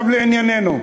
עכשיו לענייננו.